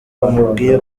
bamubwiye